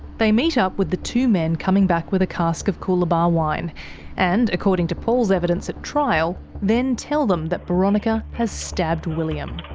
they meet up with the two men coming back with a cask of coolabah wine and, according to paul's evidence at trial, then tell them that boronika has stabbed william.